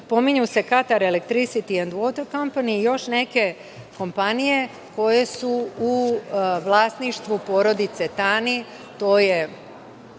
pominju se Qatar Electricity and Water Company i još neke kompanije koje su u vlasništvu porodice Tani, to je